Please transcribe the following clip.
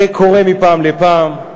זה קורה מפעם לפעם.